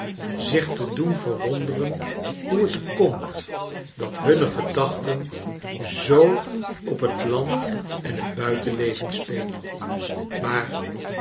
zich te doen verwonderen hoe het komt dat hunne gedachten zoo op het land en het buitenleven spelen maar